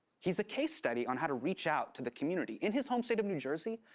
he's a case study on how to reach out to the community. in his home state of new jersey,